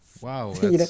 Wow